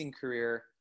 career